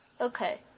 Okay